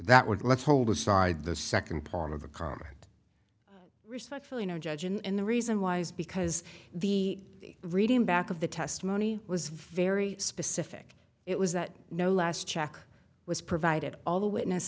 that would let's hold aside the second part of the comment respectfully no judge and the reason why is because the reading back of the testimony was very specific it was that no last check was provided all the witness